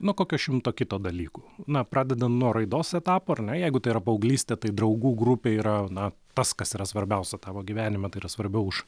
nuo kokio šimto kito dalykų na pradedan nuo raidos etapo ar ne jeigu tai yra paauglystė tai draugų grupė yra na tas kas yra svarbiausia tavo gyvenime tai yra svarbiau už